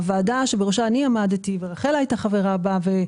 הוועדה בראשה אני עמדתי ורחל הייתה חברה בה,